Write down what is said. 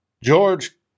George